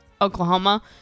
Oklahoma